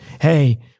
Hey